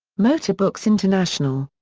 motorbooks international.